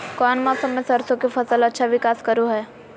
कौन मौसम मैं सरसों के फसल अच्छा विकास करो हय?